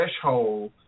threshold